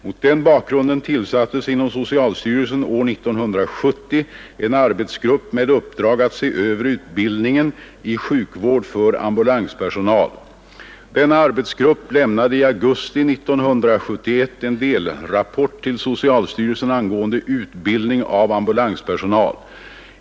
Mot den bakgrunden tillsattes inom socialstyrelsen år 1970 en arbetsgrupp med uppdrag att se över utbildningen i sjukvård för ambulanspersonal. Denna arbetsgrupp lämnade i augusti 1971 en delrapport till socialstyrelsen angående utbildning av ambulanspersonal.